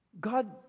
God